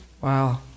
Wow